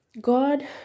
God